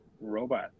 robot